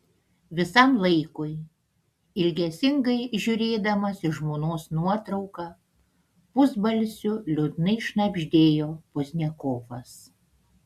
visam laikui ilgesingai žiūrėdamas į žmonos nuotrauką pusbalsiu liūdnai šnabždėjo pozdniakovas